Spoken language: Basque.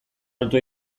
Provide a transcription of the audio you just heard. altua